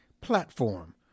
platform